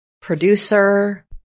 Producer